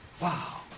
Wow